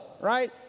right